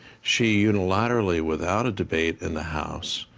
she unilaterally, without a debate in the house,